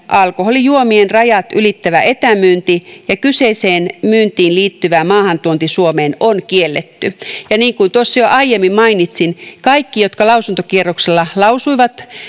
alkoholijuomien rajat ylittävä etämyynti ja kyseiseen myyntiin liittyvä maahantuonti suomeen on kielletty ja niin kuin tuossa jo aiemmin mainitsin kaikki jotka lausuntokierroksella lausuivat